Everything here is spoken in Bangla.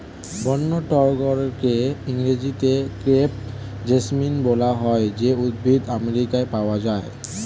বন্য টগরকে ইংরেজিতে ক্রেপ জেসমিন বলা হয় যে উদ্ভিদ আমেরিকায় পাওয়া যায়